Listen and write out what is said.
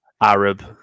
Arab